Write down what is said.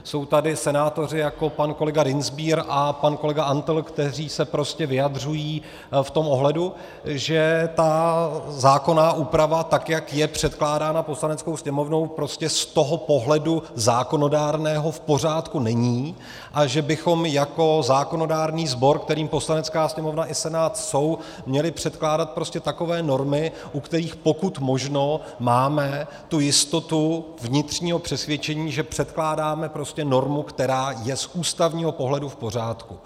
Jsou tady senátoři jako pan kolega Dienstbier a pan kolega Antl, kteří se vyjadřují v tom ohledu, že zákonná úprava, tak jak je předkládána Poslaneckou sněmovnou, prostě z pohledu zákonodárného v pořádku není, a že bychom jako zákonodárný sbor, kterým Poslanecká sněmovna i Senát jsou, měli předkládat takové normy, u kterých pokud možno máme tu jistotu vnitřního přesvědčení, že předkládáme normu, která je z ústavního pohledu v pořádku.